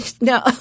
No